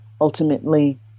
ultimately